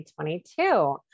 2022